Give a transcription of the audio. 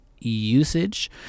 usage